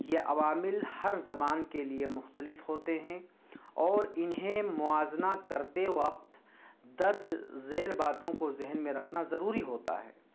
یہ عوامل ہر زبان کے لیے مختلف ہوتے ہیں اور انہیں موازنہ کرتے وقت درج ذیل باتوں کو ذہن میں رکھنا ضروری ہوتا ہے